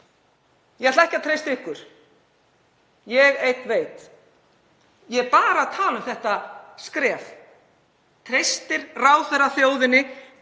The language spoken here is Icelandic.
Ég ætla ekki að treysta ykkur. Ég einn veit. Ég er bara tala um þetta skref. Treystir ráðherra þjóðinni